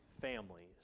families